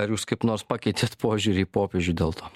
ar jūs kaip nors pakeitėt požiūrį į popiežių dėl to